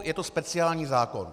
Je to speciální zákon.